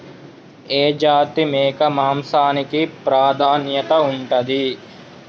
ఏ జాతి మేక మాంసానికి ప్రాధాన్యత ఉంటది?